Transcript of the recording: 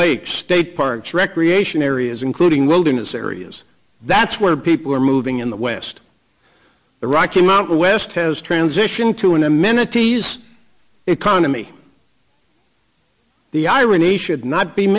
lakes state parks recreation areas including wilderness areas that's where people are moving in the west the rocky mountain west has transition to an amenities economy the irony should not be